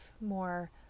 more